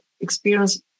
experience